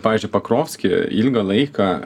pavyzdžiui pakrovske ilgą laiką